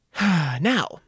Now